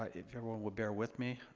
ah if everyone would bear with me.